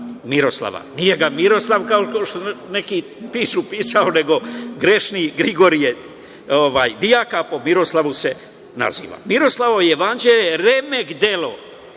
Miroslava. Nije ga Miroslav, kao što neki pišu, pisao, nego grešni Grigorije Dijak, a po Miroslavu se naziva. Miroslavljevo jevanđelje